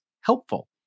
helpful